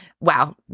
wow